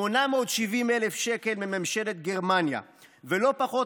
870,000 שקל מממשלת גרמניה ולא פחות